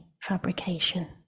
fabrication